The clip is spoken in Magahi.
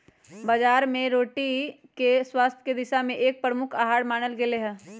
बाजरे के रोटी के स्वास्थ्य के दिशा से एक प्रमुख आहार मानल गयले है